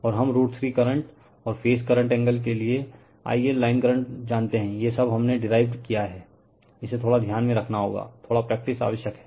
और हम √3 करंट और फेज करंट एंगल के लिए IL लाइन करंट जानते हैं ये सब हमने डीराइवड किया हैं इसे थोडा ध्यान में रखना होगा थोडा प्रैक्टिस आवश्यक है